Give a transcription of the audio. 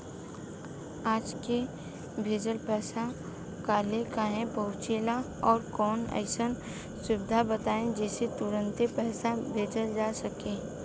आज के भेजल पैसा कालहे काहे पहुचेला और कौनों अइसन सुविधा बताई जेसे तुरंते पैसा भेजल जा सके?